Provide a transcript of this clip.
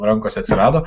rankose atsirado